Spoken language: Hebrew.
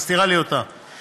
את מסתירה לי אותה,